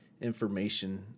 information